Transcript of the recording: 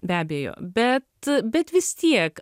be abejo bet bet vis tiek